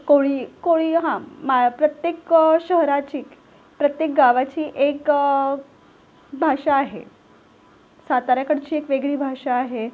कोळी कोळी हां माळ प्रत्येक शहराची प्रत्येक गावाची एक भाषा आहे साताऱ्याकडची एक वेगळी भाषा आहे